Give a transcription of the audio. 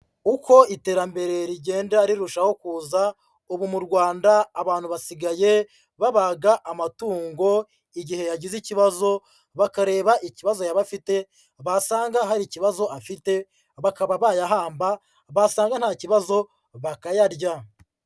Uko iterambere rigenda rirushaho kuza, ubu mu Rwanda abantu basigaye babaga amatungo, igihe yagize ikibazo bakareba ikibazo yaba afite, basanga hari ikibazo afite bakaba bayahamba, basanga nta kibazo bakayarya.